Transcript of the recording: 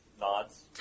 nods